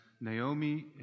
Naomi